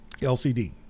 LCD